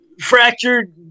Fractured